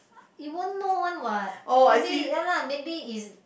you won't know one what maybe ya lah maybe is